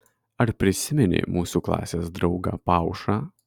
ar prisimeni mūsų klasės draugą paušą